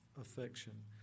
affection